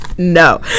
No